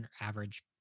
average